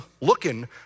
looking